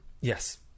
yes